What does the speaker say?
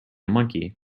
monkey